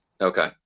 Okay